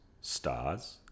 stars